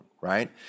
right